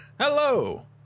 hello